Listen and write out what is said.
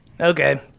Okay